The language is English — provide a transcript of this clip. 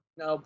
no